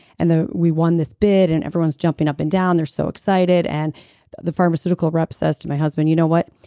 and we won this bid and everyone's jumping up and down. they're so excited and the the pharmaceutical reps says to my husband, you know what?